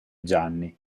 gianni